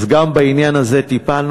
אז גם בעניין הזה טיפלנו.